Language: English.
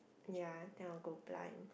ya then I will go blind